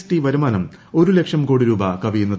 T ്വർുമാനം ഒരു ലക്ഷം കോടി രൂപ കവിയുന്നത്